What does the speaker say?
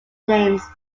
names